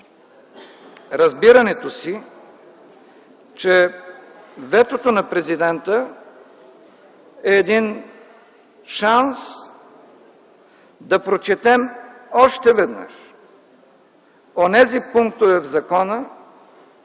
разбирането си, че ветото на президента е шанс да прочетем още веднъж онези пунктове в закона,